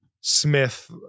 Smith